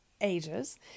ages